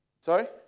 Sorry